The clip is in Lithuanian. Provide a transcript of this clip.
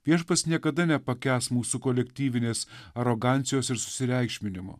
viešpats niekada nepakęs mūsų kolektyvinės arogancijos ir susireikšminimo